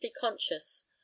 conscious